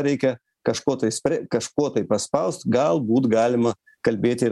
reikia kažkuo tais kažkuo tai paspaus galbūt galima kalbėt ir